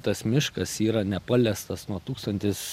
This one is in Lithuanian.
tas miškas yra nepaliestas nuo tūkstantis